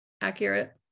accurate